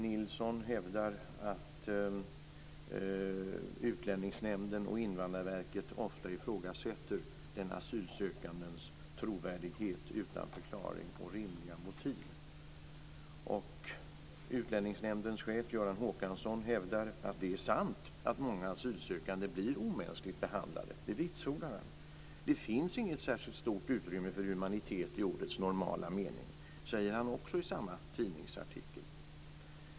Nilsson hävdar att Utlänningsnämnden och Invandrarverket ofta ifrågasätter den asylsökandes trovärdighet utan förklaring och rimliga motiv. Utlänningsnämndens chef Göran Håkansson hävdar att det är sant att många asylsökande blir omänskligt behandlade. Det vitsordar han. Det finns inget särskilt stort utrymme för humanitet i ordets normala mening, säger han också i samma tidningsartikel.